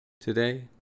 Today